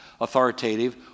authoritative